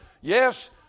Yes